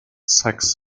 sex